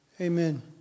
amen